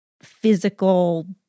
physical